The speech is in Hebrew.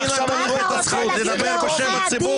עכשיו אני רואה --- מי נתן לך את הזכות לדבר בשם הציבור?